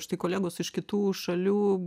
štai kolegos iš kitų šalių